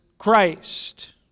Christ